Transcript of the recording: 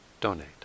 donate